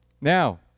now